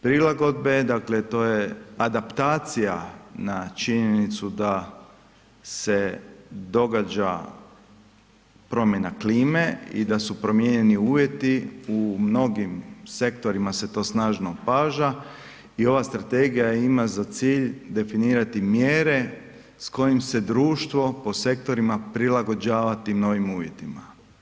Prilagodbe, dakle to je adaptacija na činjenicu da se događa promjena klime i da su promijenjeni uvjeti, u mnogim sektorima se to snažno opaža i ova Strategija im za cilj definirati mjere s kojim se društvo po sektorima prilagođava tim novim uvjetima.